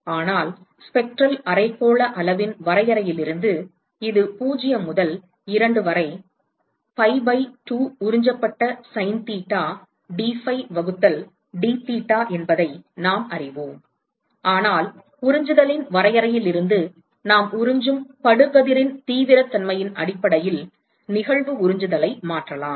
ஆனால் ஸ்பெக்ட்ரல் அரைக்கோள அளவின் வரையறையிலிருந்து இது 0 முதல் 2 வரை pi பை 2 உறிஞ்சப்பட்ட சைன் தீட்டா dphi வகுத்தல் dtheta என்பதை நாம் அறிவோம் ஆனால் உறிஞ்சுதலின் வரையறையிலிருந்து நாம் உறிஞ்சும் படு கதிரின் தீவிரத்தன்மையின் அடிப்படையில் நிகழ்வு உறிஞ்சுதலை மாற்றலாம்